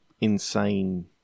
insane